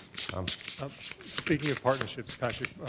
um um speaking of partnerships, patrick,